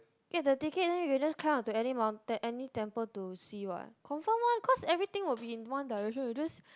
get the ticket then you just climb onto any mountain any temple to see what confirm [one] cause everything will be in one direction you just